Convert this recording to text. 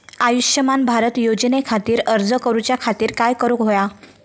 आयुष्यमान भारत योजने खातिर अर्ज करूच्या खातिर काय करुक होया?